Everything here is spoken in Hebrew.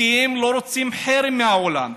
כי הם לא רוצים חרם מהעולם.